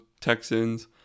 Texans